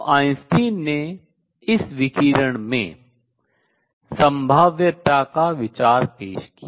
तो आइंस्टीन ने इस विकिरण में संभाव्यता का विचार पेश किया